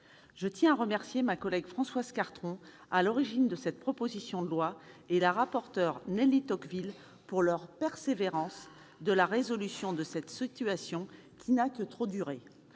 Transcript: Je tiens à remercier ma collègue Françoise Cartron, à l'origine de cette proposition de loi, et la rapporteur Nelly Tocqueville pour leur persévérance en faveur de la résolution de cette situation qui n'a que trop duré.